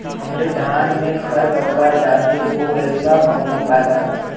हमरे धान में खर पतवार ज्यादे हो गइल बा कवनो उपाय बतावा?